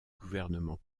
gouvernement